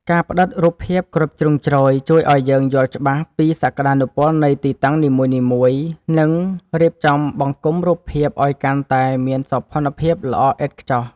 ការផ្តិតរូបភាពគ្រប់ជ្រុងជ្រោយជួយឱ្យយើងយល់ច្បាស់ពីសក្តានុពលនៃទីតាំងនីមួយៗ និង រៀបចំបង្គុំរូបភាពឱ្យកាន់តែមានសោភ័ណភាពល្អឥតខ្ចោះ។